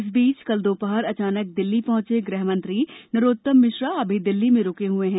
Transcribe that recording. इस बीच कल दोपहर अचानक दिल्ली पहंचे गृह मंत्री नरोत्तम मिश्रा अभी दिल्ली में रुके हए हैं